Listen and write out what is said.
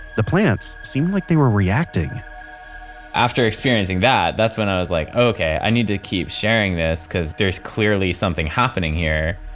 the plants seemed like they were reacting after experiencing that, that's when i was like, okay, i need to keep sharing this because there's clearly something happening here.